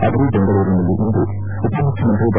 ಅವರು ದೆಂಗಳೂರಿನಲ್ಲಿಂದು ಉಪಮುಖ್ಯಮಂತ್ರಿ ಡಾ